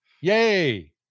Yay